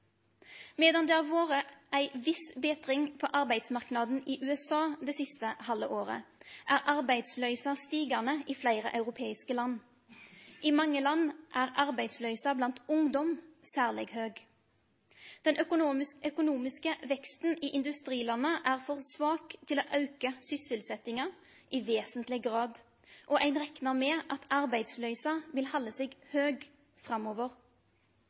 Medan det har vore ei viss betring på arbeidsmarknaden i USA det siste halve året, er arbeidsløysa stigande i fleire europeiske land. I mange land er arbeidsløysa blant ungdom særleg høg. Den økonomiske veksten i industrilanda er for svak til å auke sysselsetjinga i vesentleg grad, og ein reknar med at arbeidsløysa vil halde seg høg framover.